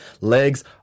Legs